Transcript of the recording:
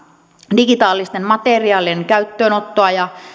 digitaalisten materiaalien käyttöönottoa ja